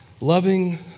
loving